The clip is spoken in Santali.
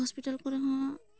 ᱦᱚᱥᱯᱤᱴᱟᱞ ᱠᱚᱨᱮ ᱦᱚᱸ